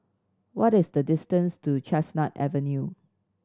what is the distance to Chestnut Avenue